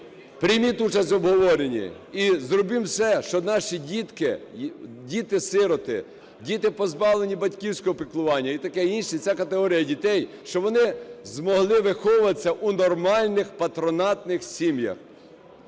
прийміть участь в обговоренні, і зробімо все, щоб наші дітки – діти-сироти, діти, позбавлені батьківського піклування і таке інше – ця категорія дітей, щоб вони змогли виховуватися у нормальних патронатних сім'ях.